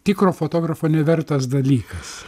tikro fotografo nevertas dalykas